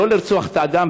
לא לרצוח את האדם,